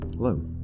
Hello